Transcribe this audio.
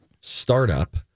Startup